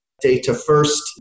data-first